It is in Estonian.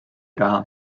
raha